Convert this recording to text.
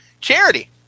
Charity